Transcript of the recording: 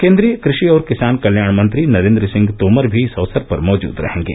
केन्द्रीय कृषि और किसान कल्याण मंत्री नरेन्द्र सिंह तोमर भी इस अवसर पर मौजूद रहेंगे